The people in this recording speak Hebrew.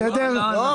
בסדר?